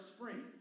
Spring